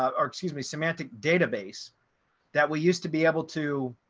ah or excuse me, semantic database that we used to be able to